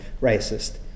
racist